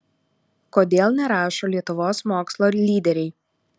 kodėl nerašo lietuvos mokslo lyderiai